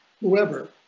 whoever